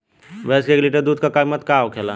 भैंस के एक लीटर दूध का कीमत का होखेला?